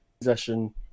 Possession